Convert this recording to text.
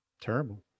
terrible